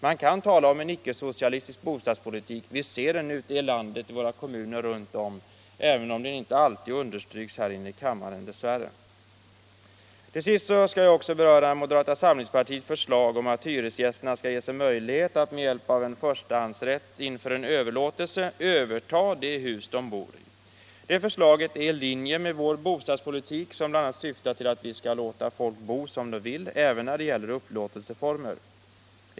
Man kan tala om en icke-socialistisk bostadspolitik i kommuner runt om i vårt land, även om den dess värre inte alltid understryks här inne i kammaren. Till sist skall jag också beröra moderata samlingspartiets förslag om att hyresgästerna skall ges möjlighet att — med hjälp av förstahandsrätt inför en överlåtelse — överta det hus de bor i. Det förslaget ligger i linje med vår bostadspolitik, som bl.a. syftar till att låta folk bo som de vill även när det gäller upplåtelseformer.